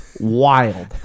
Wild